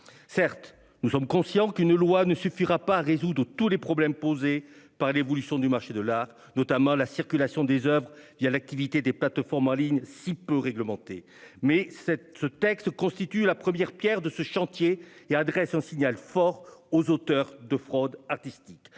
Certes, nous sommes conscients qu'une loi ne suffira pas à résoudre tous les problèmes posés par l'évolution du marché de l'art, notamment celui de la circulation des oeuvres l'activité des plateformes en ligne si peu réglementée. Ce texte constitue néanmoins la première pierre de ce chantier et adressera un signal fort aux auteurs de fraudes artistiques.